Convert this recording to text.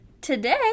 today